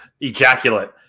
ejaculate